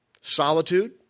Solitude